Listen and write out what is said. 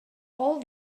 all